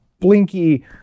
blinky